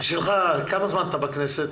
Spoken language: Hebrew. כמה זמן אתה בכנסת?